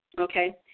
Okay